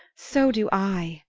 so do i!